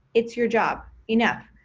it's your job, enough.